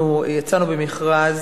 יצאנו במכרז